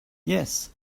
yes